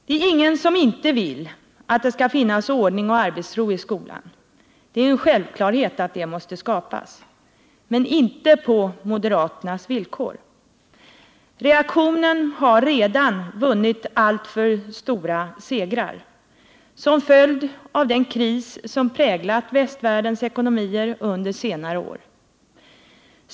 Det är ingen som inte vill att det skall finnas ordning och arbetsro i skolan. Det är en självklarhet att detta måste skapas. Men inte på moderaternas villkor. Reaktionen har redan vunnit alltför stora segrar som följd av den kris som har präglat västvärldens ekonomier under senare år.